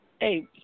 Hey